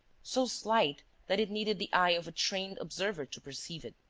so slight that it needed the eye of a trained observer to perceive it.